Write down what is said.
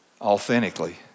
authentically